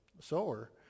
sower